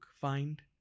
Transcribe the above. Find